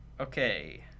Okay